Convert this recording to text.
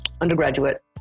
undergraduate